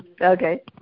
Okay